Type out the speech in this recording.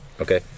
Okay